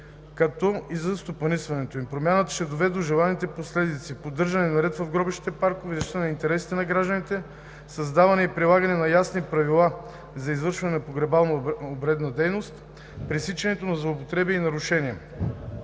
както и за стопанисването им. Промяната ще доведе до желаните последици – поддържане на ред в гробищните паркове, защита на интересите на гражданите, създаване и прилагане на ясни правила за извършване на погребално-обредната дейност, пресичането на злоупотреби и нарушения.